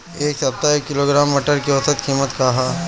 एक सप्ताह एक किलोग्राम मटर के औसत कीमत का ह?